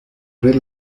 red